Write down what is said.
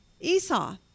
Esau